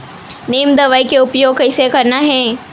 नीम दवई के उपयोग कइसे करना है?